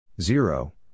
Zero